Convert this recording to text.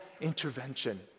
intervention